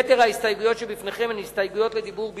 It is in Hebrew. יתר ההסתייגות שלפניכם הן הסתייגויות לדיבור בלבד.